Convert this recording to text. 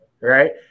right